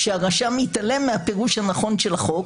שהרשם התעלם מהפירוש הנכון של החוק,